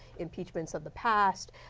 impeachments of the past.